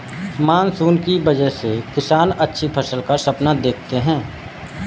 monsoon की वजह से किसान अच्छी फसल का सपना देखते हैं